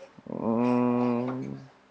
mm